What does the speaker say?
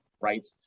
right